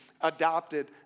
adopted